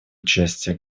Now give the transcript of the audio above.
участия